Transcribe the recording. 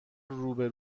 روبه